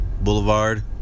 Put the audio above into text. Boulevard